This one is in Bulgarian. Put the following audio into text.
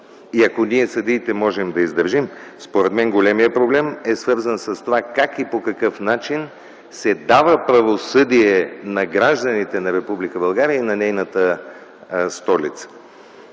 И ако ние – съдиите, можем да издържим, според мен големият проблем е свързан с това как и по какъв начин се дава правосъдие на гражданите на Република България и на нейната столица.